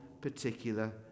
particular